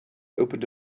opened